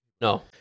No